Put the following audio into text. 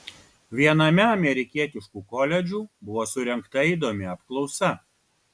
viename amerikietiškų koledžų buvo surengta įdomi apklausa